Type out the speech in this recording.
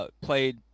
played